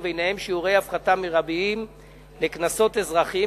וביניהם שיעורי הפחתה מרביים לקנסות אזרחיים